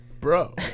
Bro